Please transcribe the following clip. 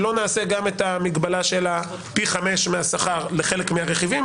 שלא נעשה גם את המגבלה של פי חמישה מהשכר לחלק מהרכיבים,